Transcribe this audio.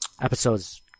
episodes